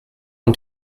und